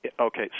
Okay